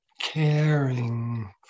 caring